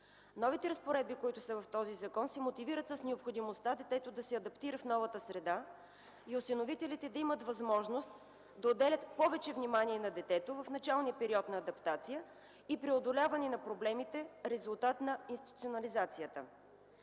Новите разпоредби в този закон се мотивират с необходимостта детето да се адаптира в новата среда и осиновителите да имат възможност да отделят повече внимание на детето в началния период на адаптация и преодоляване на проблемите в резултат на институализацията.